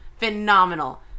phenomenal